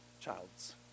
child's